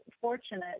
fortunate